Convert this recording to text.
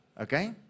Okay